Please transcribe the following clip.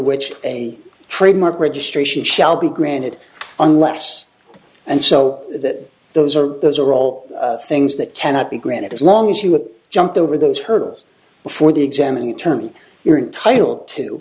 which a trademark registration shall be granted unless and so that those are those are all things that cannot be granted as long as you have jumped over those hurdles before the examining attorney you're entitled to